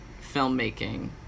filmmaking